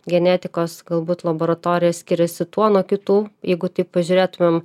genetikos galbūt laboratorija skiriasi tuo nuo kitų jeigu taip pažiūrėtumėm